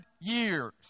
years